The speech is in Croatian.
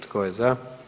Tko je za?